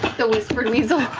the whispered weasel.